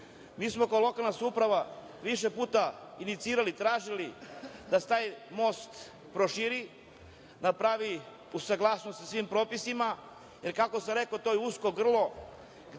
Mi smo kao lokalna samouprava više puta inicirali, tražili da se taj most proširi, napravi uz saglasnost sa svim propisima jer, kako sam rekao, to je usko grlo